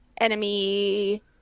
enemy